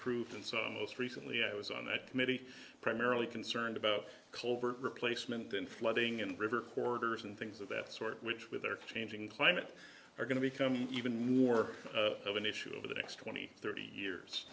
proved and so most recently i was on that committee primarily concerned about culver replacement and flooding in the river corridors and things of that sort which with their changing climate are going to become even more of an issue over the next twenty thirty